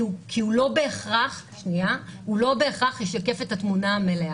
כי הוא לא בהכרח ישקף את התמונה המלאה,